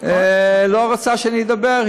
לא רוצה שאדבר.